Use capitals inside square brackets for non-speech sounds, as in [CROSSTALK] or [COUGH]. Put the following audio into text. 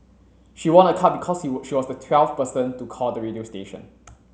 she won a car because [UNINTELLIGIBLE] she was the twelfth person to call the radio station